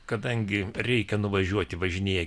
kadangi reikia nuvažiuoti važinėja